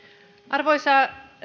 arvoisa